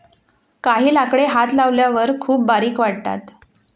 काही लाकडे हात लावल्यावर खूप बारीक वाटतात